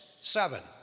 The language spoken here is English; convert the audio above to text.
seven